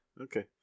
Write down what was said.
Okay